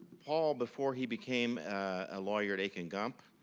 paul, before he became a lawyer at akin gump,